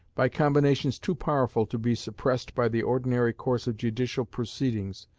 by combinations too powerful to be suppressed by the ordinary course of judicial proceedings,